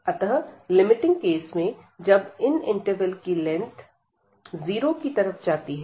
अतः limiting case में जब इन इंटरवेल की लेंथ 0 की तरफ जाती है